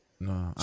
no